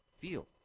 feel